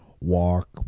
walk